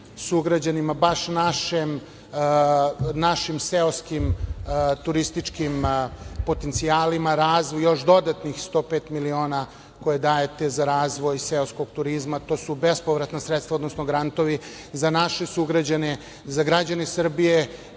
sugrađanima, baš našim seoskim turističkim potencijalima, razvoj, još dodatnih 105 miliona koje dajete za razvoj seoskog turizma. To su bespovratna sredstva, odnosno grantovi za naše sugrađane, za građane Srbije